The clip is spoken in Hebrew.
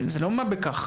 זה לא מה בכך.